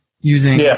using